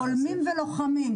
חולמים ולוחמים.